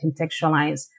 contextualize